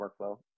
workflow